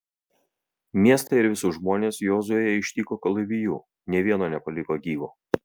miestą ir visus žmones jozuė ištiko kalaviju nė vieno nepaliko gyvo